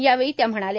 यावेळी त्या म्हणाल्या